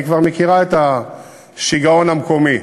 והיא כבר מכירה את השיגעון המקומי,